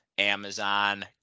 Amazon